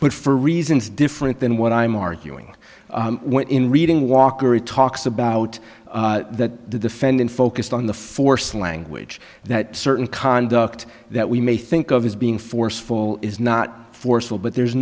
but for reasons different than what i'm arguing what in reading walker it talks about that the defendant focused on the force language that certain conduct that we may think of as being forceful is not forceful but there